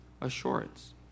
assurance